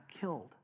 killed